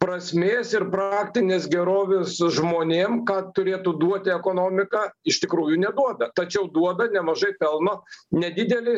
prasmės ir praktinės gerovės žmonėm ką turėtų duoti ekonomika iš tikrųjų neduoda tačiau duoda nemažai pelno nedidelei